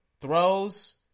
Throws